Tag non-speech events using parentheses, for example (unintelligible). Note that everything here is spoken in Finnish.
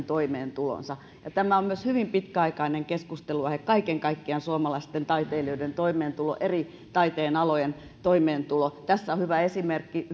(unintelligible) toimeentulonsa tämä on hyvin pitkäaikainen keskustelunaihe kaiken kaikkiaan suomalaisten taiteilijoiden toimeentulo eri taiteenalojen toimeentulo tässä on hyvä esimerkki (unintelligible)